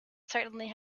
certainly